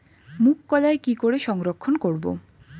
মুঘ কলাই কি করে সংরক্ষণ করব?